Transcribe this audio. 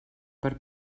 per